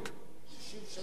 60 שנה.